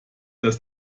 das